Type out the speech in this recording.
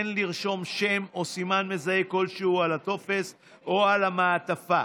אין לרשום שם או סימן מזהה כלשהו על הטופס או על המעטפה.